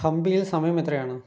ഹംപിയിൽ സമയം എത്രയാണ്